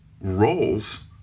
roles